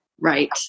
Right